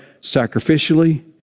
sacrificially